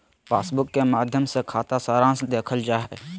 passbook के माध्मय से खाता सारांश देखल जा हय